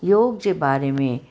योग जे बारे में